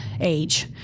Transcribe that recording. age